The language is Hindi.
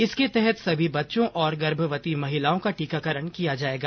इसके तहत सभी बच्चों और गर्भवती महिलाओं का टीकाकरण किया जाएगा